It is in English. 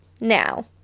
now